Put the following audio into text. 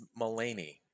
Mulaney